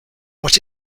what